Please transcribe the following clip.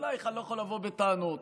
אלייך אני לא יכול לבוא בטענות.